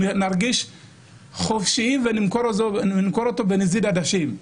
נרגיש חופשיים ונמכור אותו בנזיד עדשים.